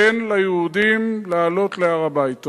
תן ליהודים לעלות להר-הבית.